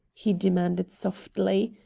he demanded softly.